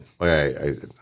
Okay